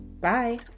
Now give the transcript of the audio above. Bye